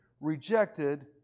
rejected